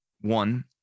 One